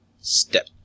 Step